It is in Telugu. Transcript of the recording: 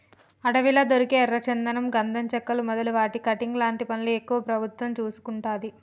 అడవిలా దొరికే ఎర్ర చందనం గంధం చెక్కలు మొదలు వాటి కటింగ్ లాంటి పనులు ఎక్కువ ప్రభుత్వం చూసుకుంటది